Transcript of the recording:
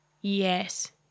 Yes